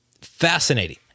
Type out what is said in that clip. Fascinating